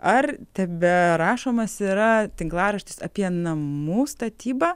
ar teberašomas yra tinklaraštis apie namų statybą